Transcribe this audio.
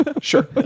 Sure